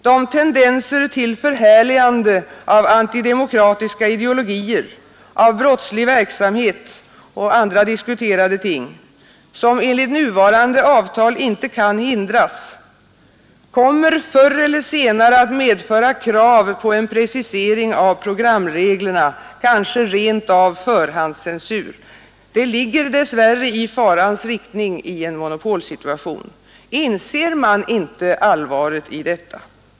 De tenderar till förhärligande av antidemokratiska ideologier, av brottslig verksamhet och andra diskuterade inslag, som enligt nuvarande avtal inte kan hindras, kommer förr eller senare att medföra krav på en precisering av programreglerna och kanske rent av förhandscensur. Det ligger dess värre i farans riktning i en monopolsituation. Inser man inte allvaret i detta?